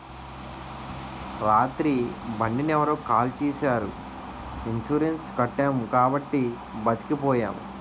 రాత్రి బండిని ఎవరో కాల్చీసారు ఇన్సూరెన్సు కట్టాము కాబట్టి బతికిపోయాము